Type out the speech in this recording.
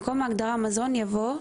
במקום ההגדרה "מזון" יבוא: